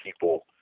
people